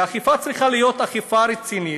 והיא צריכה להיות אכיפה רצינית,